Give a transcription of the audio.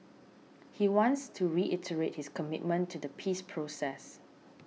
he wants to reiterate his commitment to the peace process